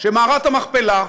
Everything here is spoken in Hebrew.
שמערת המכפלה,